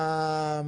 שעשה.